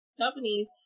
companies